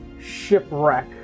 shipwreck